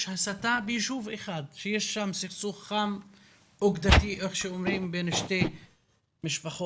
הסתה ביישוב אחד שיש שם סכסוך חם בין שתי משפחות,